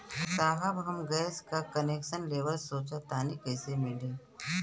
साहब हम गैस का कनेक्सन लेवल सोंचतानी कइसे मिली?